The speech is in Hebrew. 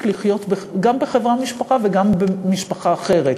לחיות גם בחברה-משפחה וגם במשפחה אחרת,